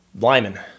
lyman